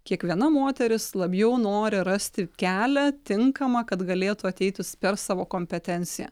kiekviena moteris labiau nori rasti kelią tinkamą kad galėtų ateiti per savo kompetenciją